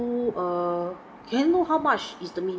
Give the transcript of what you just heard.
so err can I know how much is the minimum